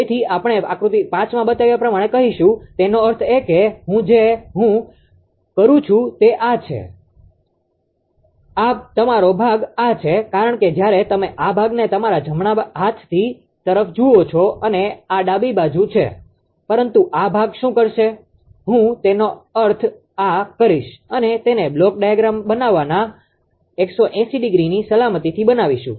તેથી આપણે આકૃતિ 5 માં બતાવ્યા પ્રમાણે કહીશું તેનો અર્થ એ કે અહીં જે હું કરું છું તે આ છે આ તમારો આ ભાગ છે કારણ કે જ્યારે તમે આ વસ્તુને તમારા જમણા હાથની તરફ જુઓ છો અને આ ડાબી બાજુ છે પરંતુ આ ભાગ શું કરશે હું તેનો આ અર્થ કરીશ અમે તેને બ્લોક ડાયાગ્રામ બનાવવામાં 180 ડિગ્રીની સલામતીથી બનાવીશું